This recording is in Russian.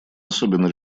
особенно